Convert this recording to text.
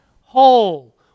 whole